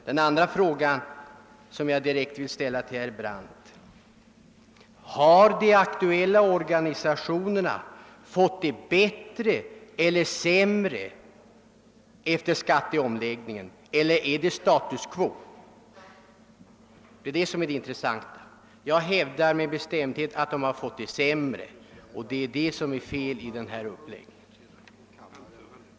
Den andra fråga jag vill ställa till herr Brandt är: Har de aktuella organisationerna fått det bättre eller sämre efter skatteomläggningen eller råder det status quo? Jag hävdar med bestämdhet att de har fått det sämre, och det är det som ör felet med skatteomläggningen.